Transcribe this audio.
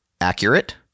accurate